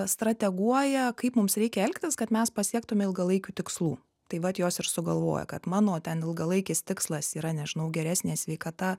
strateguoja kaip mums reikia elgtis kad mes pasiektume ilgalaikių tikslų tai vat jos ir sugalvoja kad mano ten ilgalaikis tikslas yra nežinau geresnė sveikata